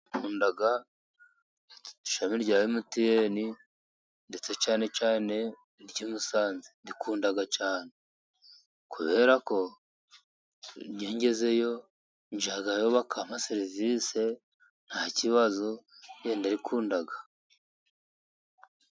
Nkunda ishami rya Emutiyeni ndetse cyane cyane iry'i Musanze Ndikunda cyane. Kubera ko iyo ngezeyo, njya yo bakampa serivise nta kibazo nyine ndarikunda.